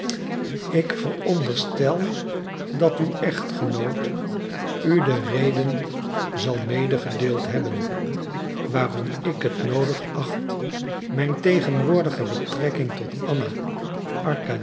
ik veronderstel dat uw echtgenoot u de reden zal medegedeeld hebben waarom ik het noodig acht mijn tegenwoordige betrekking tot anna